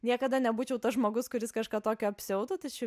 niekada nebūčiau tas žmogus kuris kažką tokio apsiautų tačiau